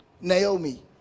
Naomi